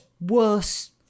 worse